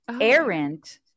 Errant